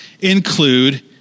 include